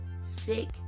sick